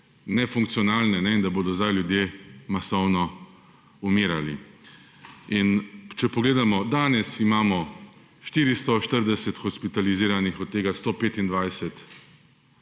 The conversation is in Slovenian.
nefunkcionalne, in da bodo zdaj ljudje masovno umirali. In če pogledamo danes, imamo 440 hospitaliziranih, od tega 125